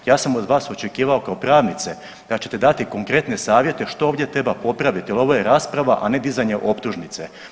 Ja sam od vas očekivao kao pravnice da ćete dati konkretne savjete što ovdje treba popraviti, jer ovo je rasprava, a ne dizanje optužnice.